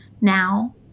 now